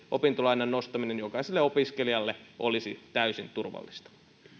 opintolainan nostaminen jokaiselle opiskelijalle olisi täysin turvallista